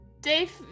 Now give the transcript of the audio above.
Dave